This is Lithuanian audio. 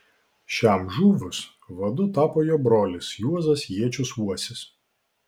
šiam žuvus vadu tapo jo brolis juozas jėčius uosis